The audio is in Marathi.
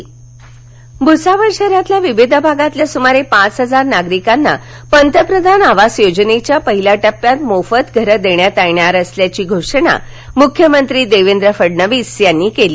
मख्यमंत्री जळगाव भूसावळ शहरातील विविध भागातील सुमारे पाच हजार नागरिकांना पंतप्रधान आवास योजनेच्या पहिल्या टप्प्यात मोफत घरं देण्यात येणार असल्याची घोषणा मुख्यमंत्री देवेंद्र फडणवीस यांनी केली